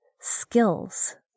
skills